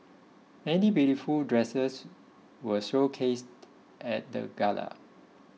many beautiful dresses were showcased at the gala